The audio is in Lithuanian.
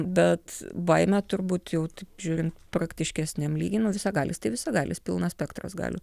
bet baimę turbūt jau taip žiūrint praktiškesniam lygy nu visagalis tai visagalis pilnas spektras galių